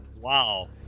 Wow